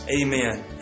amen